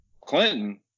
clinton